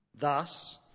Thus